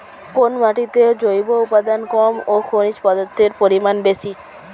কোন মাটিতে জৈব উপাদান কম ও খনিজ পদার্থের পরিমাণ বেশি?